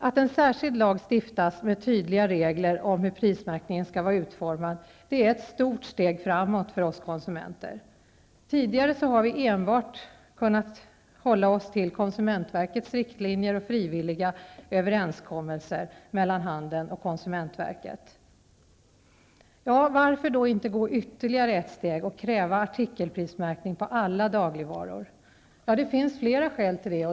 Att en särskild lag stiftas med tydliga regler om hur prismärkningen skall vara utformad är ett stort steg framåt för oss konsumenter. Tidigare har vi enbart kunna hålla oss till konsumentverkets riktlinjer och frivilliga överenskommelser mellan handeln och konsumentverket. Varför då inte gå ytterligare ett steg och kräva artikelprismärkning på alla dagligvaror? Det finns flera skäl till det.